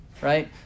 right